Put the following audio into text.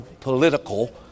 political